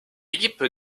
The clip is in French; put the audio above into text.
équipe